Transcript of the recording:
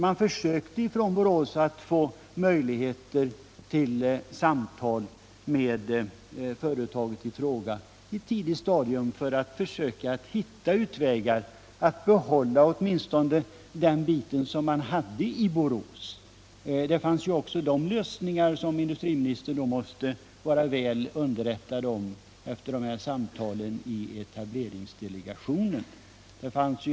Man försökte i Borås att få ett samtal med företaget i fråga på ct tidigt stadium för att hitta utvägar att behålla åtminstone den del av verksamheten som man hade i Borås. Det fanns också de lösningar som industriministern måste vara väl underrättad om efter samtalen i etableringsdelegationen.